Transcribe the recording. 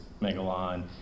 Megalon